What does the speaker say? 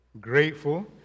grateful